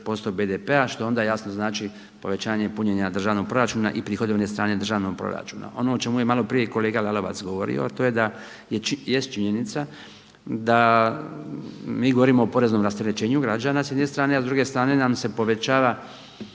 0,6% BDP-a što onda jasno znači povećanje punjenja državnog proračuna i prihodovne strane državnog proračuna. Ono o čemu je malo prije kolega Lalovac govorio, a to je da jest činjenica da mi govorimo o poreznom rasterećenju građana s jedne strane, a s druge srane nam se povećava